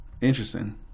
interesting